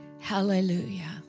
hallelujah